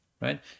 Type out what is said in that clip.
right